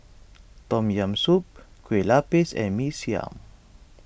Tom Yam Soup Kueh Lapis and Mee Siam